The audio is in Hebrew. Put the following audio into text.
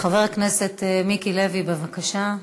חבר הכנסת מיקי לוי, בבקשה.